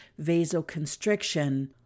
vasoconstriction